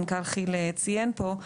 מנכ"ל כי"ל ציין פה.